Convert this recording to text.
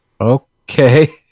okay